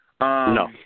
No